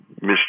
miss